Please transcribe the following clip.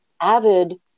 avid